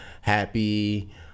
happy